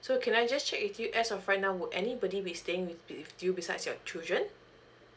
so can I just check with you as of right now would anybody be staying with with you besides your children